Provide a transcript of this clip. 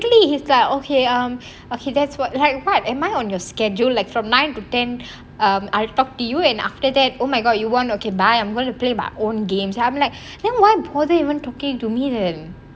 basically his like okay um he does what like am I on your schedule like from nine to ten um I will talk to you and after that oh my god you want okay bye I'm going to play my own games I'm like then why bother even talking to me then